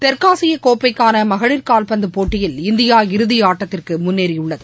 தெற்காசிய கோப்பைக்கான மகளிர் கால்பந்து போட்டியில் இந்தியா இறுதி ஆட்டத்திற்கு முன்னேறியுள்ளது